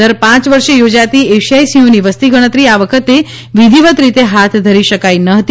દર પાંચ વર્ષે યોજાતી એશિયાઈ સિંહોની વસ્તી ગણતરી આ વખતે વિધિવત રીતે હાથ ધરી શકાય ન હતી